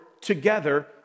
together